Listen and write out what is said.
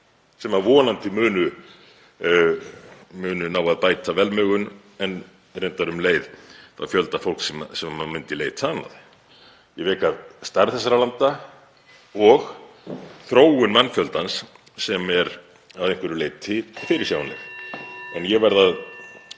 sem vonandi munu ná að bæta velmegun en reyndar um leið fjölda fólks sem myndi leita annað. Ég vék að stærð þessara landa og þróun mannfjöldans sem er að einhverju leyti fyrirsjáanleg. (Forseti